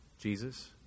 Jesus